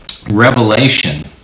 Revelation